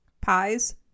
pies